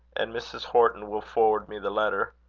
and mrs. horton will forward me the letter.